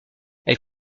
elle